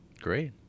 Great